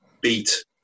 beat